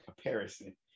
comparison